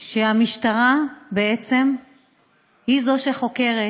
שהמשטרה בעצם היא שחוקרת,